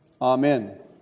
Amen